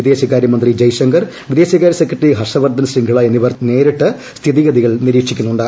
വിദേശകാരൃ മന്ത്രി ജയ് ശങ്കർ വിദേശ കാരൂ ക്രിസ്ക്കട്ടറി ഹർഷ് വർദ്ധൻശിംഗ്ല എന്നിവർ നേരിട്ട് സ്ഥിതിഗതികൾ നിരീക്ഷിക്കുന്നുണ്ട്